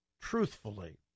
truthfully